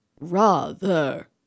Rather